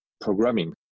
programming